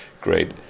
Great